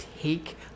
take